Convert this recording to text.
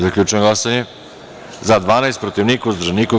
Zaključujem glasanje: za – 12, protiv – niko, uzdržanih – nema.